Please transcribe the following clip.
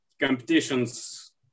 competitions